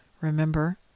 Remember